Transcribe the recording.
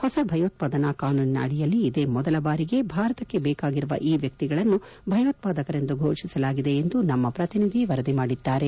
ಹೊಸ ಭಯೋತ್ವಾದನಾ ಕಾನೂನಿನಡಿಯಲ್ಲಿ ಇದೇ ಮೊದಲ ಬಾರಿಗೆ ಭಾರತಕ್ಕೆ ಬೇಕಾಗಿರುವ ಈ ವ್ಯಕ್ತಿಗಳನ್ನು ಭಯೋತ್ವಾದಕರೆಂದು ಘೋಷಿಸಲಾಗಿದೆ ಎಂದು ನಮ್ನ ಪ್ರತಿನಿಧಿ ವರದಿ ಮಾಡಿದ್ದಾರೆ